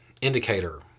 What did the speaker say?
indicator